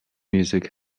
music